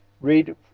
Read